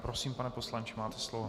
Prosím, pane poslanče, máte slovo.